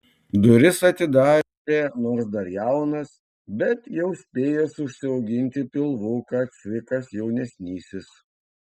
duris atidarė nors dar jaunas bet jau spėjęs užsiauginti pilvuką cvikas jaunesnysis